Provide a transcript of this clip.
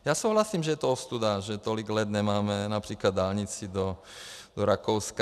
Já souhlasím, že je to ostuda, že tolik let nemáme např. dálnici do Rakouska.